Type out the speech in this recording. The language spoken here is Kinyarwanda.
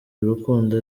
urukundo